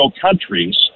countries